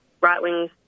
right-wing